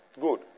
Good